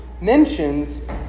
mentions